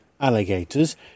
alligators